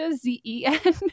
Z-E-N